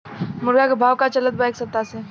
मुर्गा के भाव का चलत बा एक सप्ताह से?